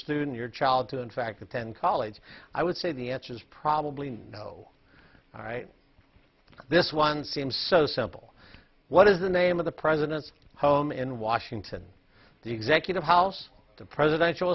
student your child to in fact attend college i would say the answer is probably no all right this one seems so simple what is the name of the president's home in washington the executive house the